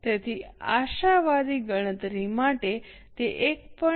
તેથી આશાવાદી ગણતરી માટે તે 1